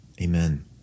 Amen